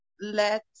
let